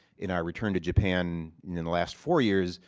in our return to japan in in the last four years,